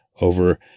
over